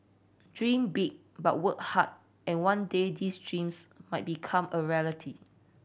dream big but work hard and one day these dreams might become a reality